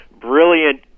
brilliant